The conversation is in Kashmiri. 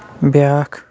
بیٛاکھ